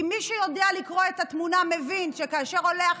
כי מי שיודע לקרוא את התמונה מבין שכאשר עולה החשמל,